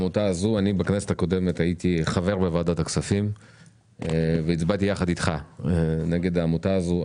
בכנסת הקודמת הייתי חבר ועדת הכספים והצבעתי יחד איתך נגד העמותה הזאת.